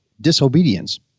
disobedience